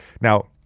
Now